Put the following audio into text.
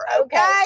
okay